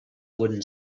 wooden